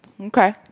Okay